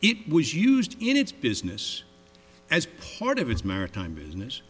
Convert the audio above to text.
it was used in its business as part of its maritime business